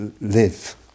live